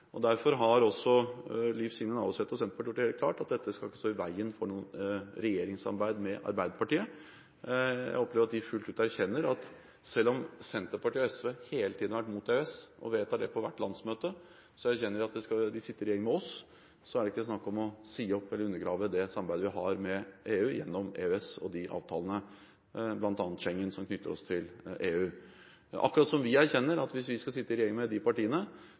Derfor har også Liv Signe Navarsete og Senterpartiet gjort det helt klart at dette ikke skal stå i veien for noe regjeringssamarbeid med Arbeiderpartiet. Selv om Senterpartiet og SV hele tiden har vært mot EØS og vedtar det på hvert landsmøte, så opplever jeg at de erkjenner at skal de sitte i regjering med oss, er det ikke snakk om å si opp eller undergrave det samarbeidet vi har med EU gjennom EØS og de avtalene – bl.a. Schengen – som knytter oss til EU, akkurat som vi erkjenner at hvis vi skal sitte i regjering med de partiene,